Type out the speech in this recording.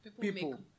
People